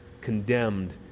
condemned